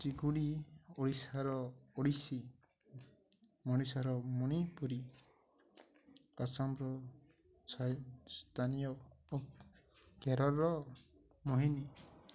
ଚ୍ରିକୁୁଡ଼ି ଓଡ଼ିଶାର ଓଡ଼ିଶୀ ମଣିଷାର ମଣିପୁରୀ ଆସାମର ସ୍ଥାନୀୟ କେରଲର ମହିନୀ